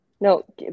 No